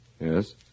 Yes